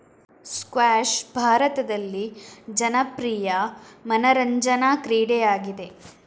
squash ಭಾರತದಲ್ಲಿ ಜನಪ್ರಿಯ ಮನರಂಜನಾ ಕ್ರೀಡೆಯಾಗಿದೆ